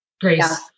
Grace